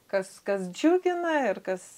kas kas džiugina ir kas